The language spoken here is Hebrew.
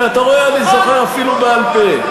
הנה אתה רואה, אני זוכר אפילו בעל-פה.